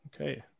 Okay